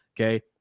okay